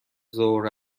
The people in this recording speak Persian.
ظهر